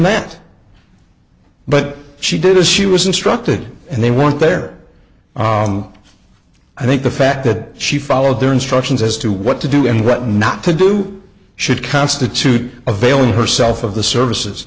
that but she did as she was instructed and they weren't there i think the fact that she followed their instructions as to what to do and what not to do should constitute a veil in herself of the services